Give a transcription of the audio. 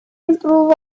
improve